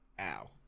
Ow